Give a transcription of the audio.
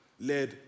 led